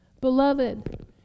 Beloved